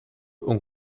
ont